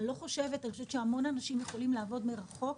אני חושבת שהמון אנשים יכולים לעבוד מרחוק.